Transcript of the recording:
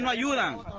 but you, and